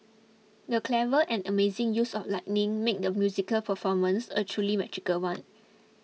the clever and amazing use of lighting made the musical performance a truly magical one